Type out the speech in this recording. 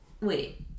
Wait